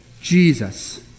Jesus